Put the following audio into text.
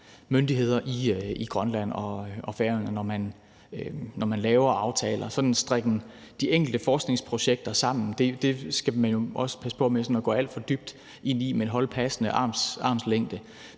myndigheder i Grønland og Færøerne, når man laver aftaler. Sådan en strikken de enkelte forskningsprojekter sammen skal man jo også passe på med at gå alt for dybt ind i, men holde en passende armslængde.